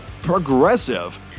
progressive